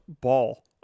ball